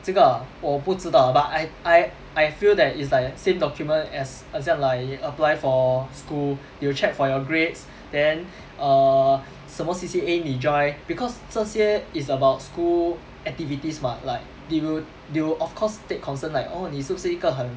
这个 ah 我不知道 but I I I feel that it's like same document as 很像 like apply for school they will check for your grades then err 什么 C_C_A 你 join because 这些 is about school activities mah like they will they will of course take concern like oh 你是不是一个很